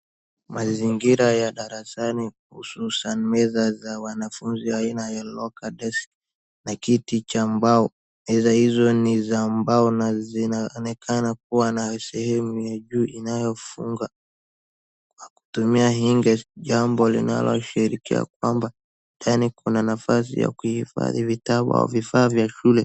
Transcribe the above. Mazingira ya darasani hususan meza za wanafunzi aina ya lockerdesk na kiti cha mbao. Meza hizo ni za mbao na zinaonekana kuwa na sehemu ya juu inayofungwa kwa kutumia hinges , jambo linaloashiria kwamba ndani kuna nafasi ya kuhifadhi vitabu au vifaa vya shule.